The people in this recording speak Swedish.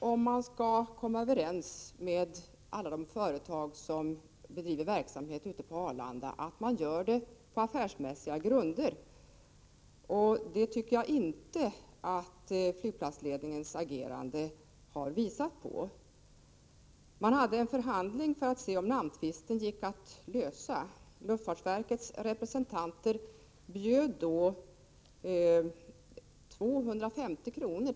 Om man skall komma överens med alla de företag som bedriver verksamhet ute på Arlanda är det viktigt att man gör det på affärsmässiga grunder, och det tycker jag inte att flygplatsledningens agerande har visat på. Man hade en förhandling för att se om namntvisten gick att lösa. Luftfartverkets representanter bjöd då 250 kr.